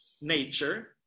nature